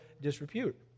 disrepute